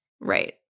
Right